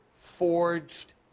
forged